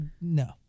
No